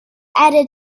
added